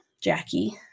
Jackie